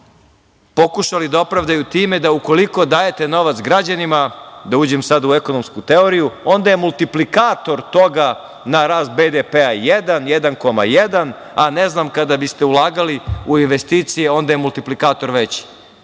pokušali da opravdaju time da ukoliko dajete novac građanima, da uđem sad u ekonomsku teoriju, onda je multiplikator toga na rast BDP-a jedan, jedan koma jedan, a ne znam, kada biste ulagali u investicije, onda je multiplikator veći. Ja